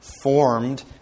formed